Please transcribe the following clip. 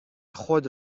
خود